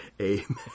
Amen